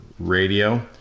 radio